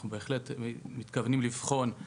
אנחנו בהחלט מתכוונים לבחון את